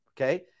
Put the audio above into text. okay